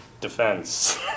Defense